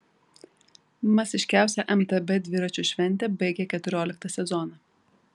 masiškiausia mtb dviračių šventė baigia keturioliktą sezoną